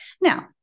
Now